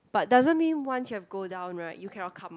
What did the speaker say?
but doesn't mean once you have go down right you cannot come up